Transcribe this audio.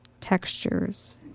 textures